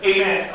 Amen